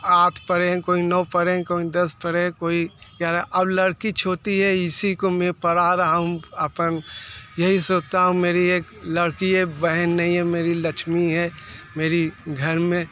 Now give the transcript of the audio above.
आठ पढ़े हैं कोई नौ पढ़े हैं कोई दस पढ़े हैं कोई ग्यारह और लड़की छोटी है इसी को मैं पढ़ा रहा हूँ अपन यही सोचता हूँ मेरी एक लड़की है बहन नहीं है मेरी लक्ष्मी है मेरे घर में